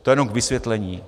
To jenom k vysvětlení.